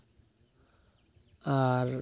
ᱟᱨ